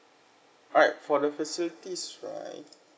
alright for the facilities right